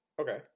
Okay